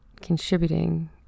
contributing